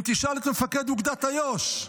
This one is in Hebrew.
אם תשאל את מפקד אוגדת איו"ש,